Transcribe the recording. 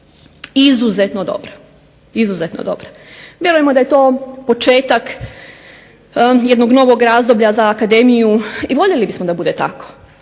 studentima izuzetno dobro. Vjerujemo da je to početak jednog novog razdoblja za akademiju i voljeli bismo da to bude tako.